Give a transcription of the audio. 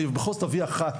אני בכל זאת אביא אחת.